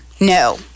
No